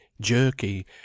jerky